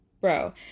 bro